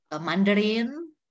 mandarin